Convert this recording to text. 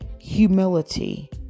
humility